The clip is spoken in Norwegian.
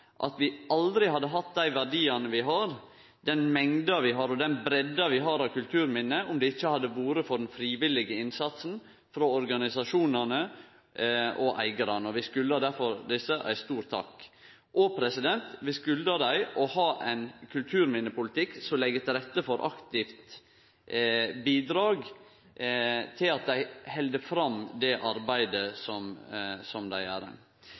at vi aldri hadde hatt dei verdiane vi har, den mengda vi har, og den breidda vi har av kulturminne, om det ikkje hadde vore for den frivillige innsatsen frå organisasjonane og eigarane. Vi skuldar difor desse ei stor takk – også for å ha ein kulturminnepolitikk som legg til rette for at dei aktivt bidreg til at dei kan halde fram dette arbeidet. Det handlar frå Senterpartiet si side om at vi må styrke dei